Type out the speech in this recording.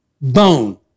bone